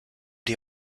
die